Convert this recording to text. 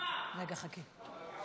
אתם לא מכירים את ציבור החרדי.